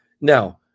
Now